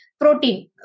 protein